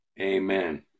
Amen